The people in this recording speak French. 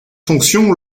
fonction